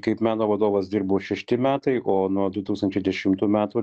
kaip meno vadovas dirbau šešti metai o nuo du tūkstančiai dešimtų metų